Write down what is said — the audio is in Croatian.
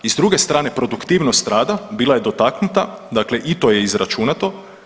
I s druge strane, produktivnost rada bila je dotaknuta, dakle i to je izračunato.